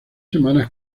semanas